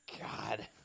God